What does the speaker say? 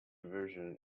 version